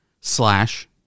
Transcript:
slash